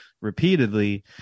repeatedly